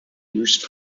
used